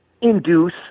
induce